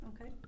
Okay